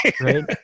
Right